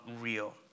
real